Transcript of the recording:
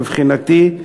מבחינתי,